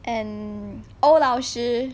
and 阳老师